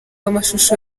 amashusho